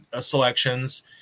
selections